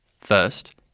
First